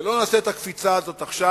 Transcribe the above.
ולא נעשה את הקפיצה הזאת עכשיו.